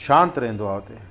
शांति रहंदो आहे हुते